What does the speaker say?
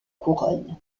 couronnes